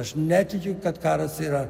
aš netikiu kad karas yra